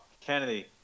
Kennedy